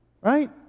Right